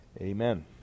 Amen